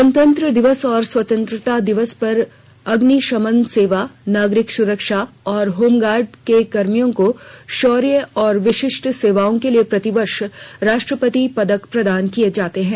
गणतंत्र दिवस और स्वतंत्रता दिवस पर अग्निशमन सेवा नागरिक सुरक्षा और होमगार्ड्स के कर्मियों को शौर्य और विशिष्ट सेवाओं के लिए प्रतिवर्ष राष्ट्रपति पदक प्रदान किये जाते हैं